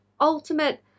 ultimate